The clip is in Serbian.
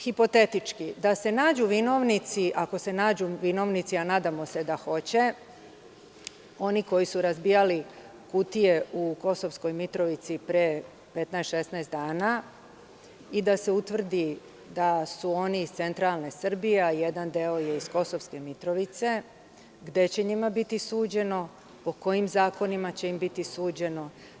Hipotetički, ako se nađu vinovnici, a nadamo se da hoće, oni koji su razbijali kutije u Kosovskoj Mitrovici pre 15, 16 dana i da se utvrdi da su oni iz centralne Srbije, a jedan deo je iz Kosovske Mitrovice, gde će njima biti suđeno, po kojim zakonima će im biti suđeno?